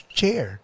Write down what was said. chair